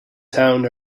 town